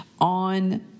on